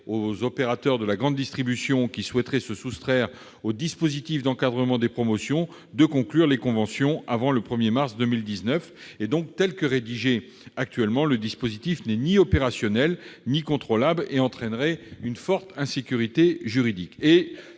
aux opérateurs de la grande distribution qui souhaiteraient se soustraire du dispositif d'encadrement des promotions de conclure les conventions avant le 1 mars 2019. Dans sa rédaction actuelle, le dispositif n'est donc ni opérationnel ni contrôlable et entraînerait une forte insécurité juridique.